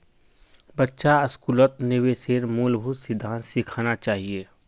बच्चा स्कूलत निवेशेर मूलभूत सिद्धांत सिखाना चाहिए